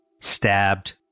stabbed